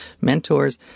mentors